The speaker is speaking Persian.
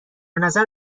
نظر